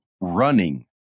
running